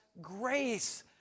grace